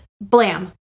Blam